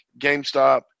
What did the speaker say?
GameStop